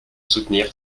soutenir